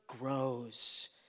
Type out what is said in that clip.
grows